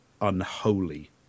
unholy